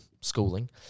schooling